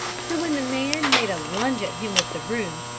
so when the man made a lunge at him with the broom,